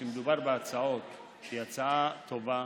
כשמדובר בהצעה טובה,